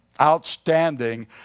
outstanding